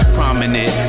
Prominent